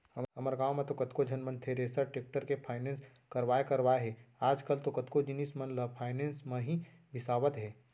हमर गॉंव म तो कतको झन मन थेरेसर, टेक्टर के फायनेंस करवाय करवाय हे आजकल तो कतको जिनिस मन ल फायनेंस म ही बिसावत हें